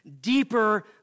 deeper